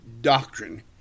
doctrine